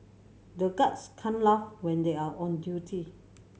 the guards can't laugh when they are on duty